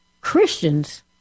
Christians